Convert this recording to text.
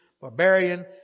barbarian